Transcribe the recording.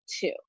two